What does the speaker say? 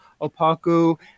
Opaku